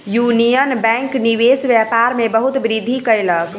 union bank निवेश व्यापार में बहुत वृद्धि कयलक